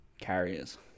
carriers